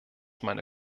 meine